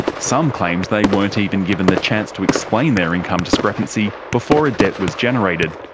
some claimed they weren't even given the chance to explain their income discrepancy before a debt was generated.